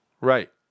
Right